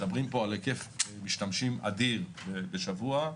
מדברים על היקף משתמשים אדיר בשבוע.